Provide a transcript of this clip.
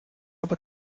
aber